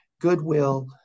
goodwill